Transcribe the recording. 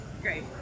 Great